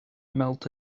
melt